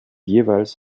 jeweils